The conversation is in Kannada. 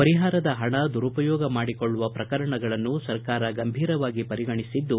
ಪರಿಹಾರದ ಪಣ ದುರುಪಯೋಗ ಮಾಡಿಕೊಳ್ಳುವ ಪ್ರಕರಣಗಳನ್ನು ಸರ್ಕಾರ ಗಂಭೀರವಾಗಿ ಪರಿಗಣಿಸಲಿದ್ದು